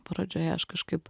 pradžioje aš kažkaip